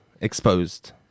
Exposed